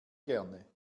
gerne